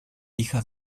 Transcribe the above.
hija